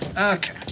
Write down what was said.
Okay